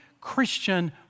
Christian